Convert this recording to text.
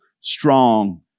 strong